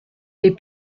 les